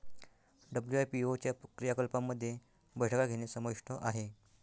WIPO च्या क्रियाकलापांमध्ये बैठका घेणे समाविष्ट आहे